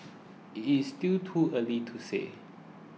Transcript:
it is still too early to say